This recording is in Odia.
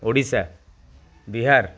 ଓଡ଼ିଶା ବିହାର